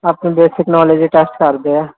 ਆਪਣੀ basic knowledge ਹੀ test ਕਰਦੇ ਹੈ